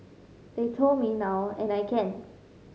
they told me now and I can